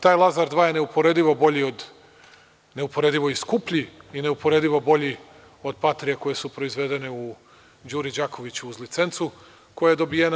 Taj Lazar 2 je neuporedivo bolji, neuporedivo i skuplji i neuporedivo bolji od Patrije koje su proizvedene u Đuri Đakoviću uz licencu koja je dobijena.